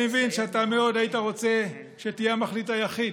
אני מבין שאתה מאוד היית רוצה שתהיה המחליט היחיד,